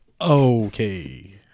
Okay